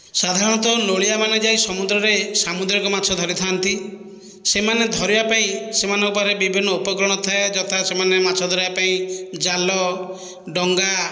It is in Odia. ସାଧାରଣତଃ ନୋଳିଆ ମାନେ ଯାଇ ସମୁଦ୍ରରେ ସାମୁଦ୍ରିକ ମାଛ ଧରିଥାନ୍ତି ସେମାନେ ଧରିବା ପାଇଁ ସେମାନଙ୍କ ପାଖରେ ବିଭିନ୍ନ ଉପକରଣ ଥାଏ ଯଥା ସେମାନେ ମାଛ ଧରିବା ପାଇଁ ଜାଲ ଡଙ୍ଗା